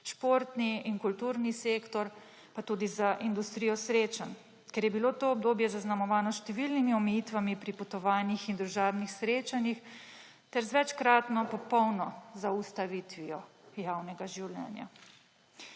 športni in kulturni sektor pa tudi za industrijo srečanj, ker je bilo to obdobje zaznamovano s številnimi omejitvami pri potovanjih in družabnih srečanjih ter z večkratno popolno zaustavitvijo javnega življenja.